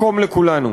מקום לכולנו.